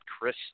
chris